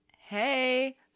Hey